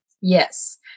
Yes